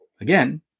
again